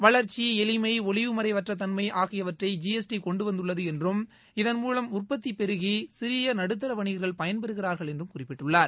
வளர்ச்சி எளிமை ஒளிவுமறைவற்ற தன்மை ஆகியவற்றை ஜிஎஸ்டி கொண்டு வந்துள்ளது என்றும் இதன்மூலம் உற்பத்தி பெருகி சிறிய நடுத்தர வணிகர்கள் பயன்பெறுகிறார்கள் என்றும் குறிப்பிட்டுள்ளார்